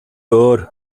өөр